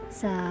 sa